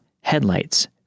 headlights